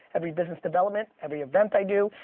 every business development, every event i do,